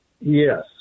Yes